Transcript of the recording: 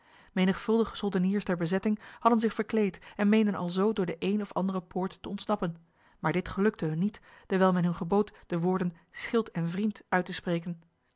menigvuldige soldeniers der bezetting hadden zich verkleed en meenden alzo door de een of andere poort te ontsnappen maar dit gelukte hun niet dewijl men hun gebood de woorden schild en vriend uit te spreken